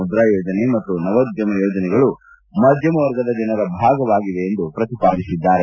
Mudra Yojana UDAAN ಮತ್ತು ನವೋದ್ಯಮ ಯೋಜನೆಗಳು ಮಧ್ಯಮ ವರ್ಗದ ಜನರ ಭಾಗವಾಗಿವೆ ಎಂದು ಪ್ರತಿಪಾದಿಸಿದ್ದಾರೆ